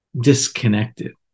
disconnected